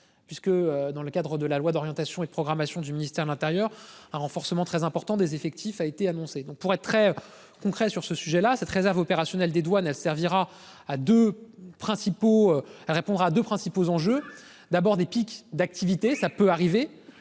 puisque dans le cadre de la loi d'orientation et de programmation du ministère de l'Intérieur un renforcement très important des effectifs a été annoncée donc pour être très concret sur ce sujet là. Cette réserve opérationnelle des douanes, elle servira à 2 principaux répondra 2 principaux enjeux d'abord des pics d'activité, ça peut arriver.